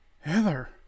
Heather